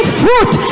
fruit